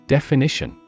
Definition